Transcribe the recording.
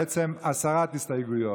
בעצם הסרת הסתייגויות.